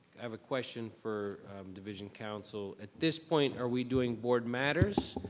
have a question for division counsel. at this point, are we doing board matters,